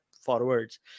forwards